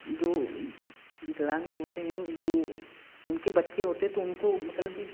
जो विकलांग होते हैं जो उनके बच्चे होते तो उनके मतलब कि